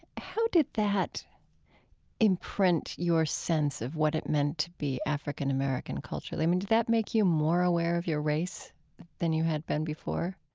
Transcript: how did that imprint your sense of what it meant to be african-american culturally? i mean, did that make you more aware of your race than you had been before?